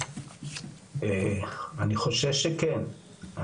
אני חושש שכן.